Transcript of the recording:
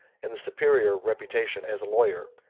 and the superior reputation as a lawyer,